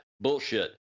bullshit